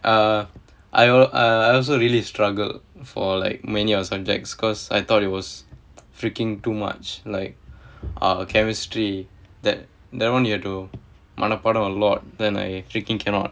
uh I'll uh I also really struggled for like many of the subjects because I thought it was freaking too much like ah chemistry that that [one] you had to மனப்பாடம்:manapaadam a lot then I freaking cannot